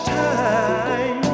time